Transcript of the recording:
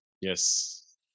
Yes